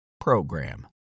program